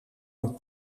een